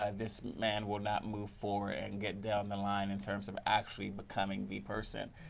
ah this man will not move forward and get down the line in terms of actually becoming the person.